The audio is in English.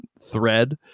thread